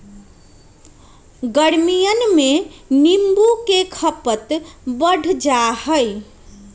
गर्मियन में नींबू के खपत बढ़ जाहई